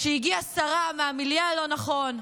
כשהגיעה שרה מהמילייה הלא-נכון,